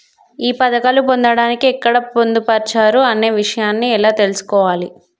ఈ పథకాలు పొందడానికి ఎక్కడ పొందుపరిచారు అనే విషయాన్ని ఎలా తెలుసుకోవాలి?